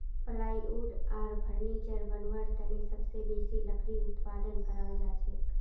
plywood आर furniture बनव्वार तने सबसे बेसी लकड़ी उत्पादन कराल जाछेक